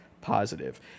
positive